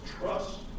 trust